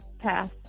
Pass